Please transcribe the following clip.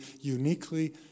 uniquely